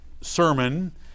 sermon